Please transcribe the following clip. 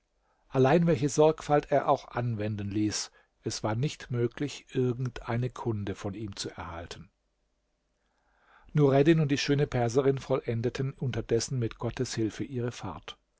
allein welche sorgfalt er auch anwenden ließ es war nicht möglich irgend eine kunde von ihm zu erhalten nureddin und die schöne perserin vollendeten unterdessen mit gottes hilfe ihre fahrt